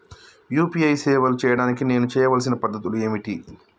UPI సేవలు చేయడానికి నేను చేయవలసిన పద్ధతులు ఏమిటి?